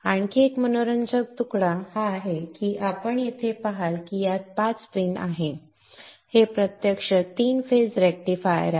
आणखी एक मनोरंजक तुकडा हा आहे की आपण येथे पहाल की यात 5 पिन आहेत हे प्रत्यक्षात 3 फेज रेक्टिफायर आहे